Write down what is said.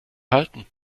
halten